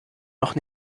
noch